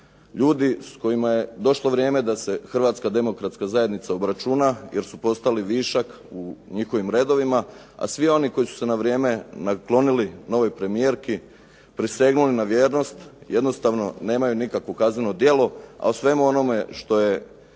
ljudi s kojima je došlo vrijeme da se Hrvatska demokratska zajednica obračuna jer su postali višak u njihovim redovima, a svi oni koji su se na vrijeme naklonili novoj premijerki, prisegnuli na vjernost jednostavno nemaju nikakvo kazneno djelo. A o svemu što je